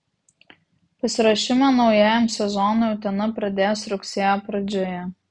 pasiruošimą naujajam sezonui utena pradės rugsėjo pradžioje